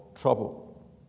trouble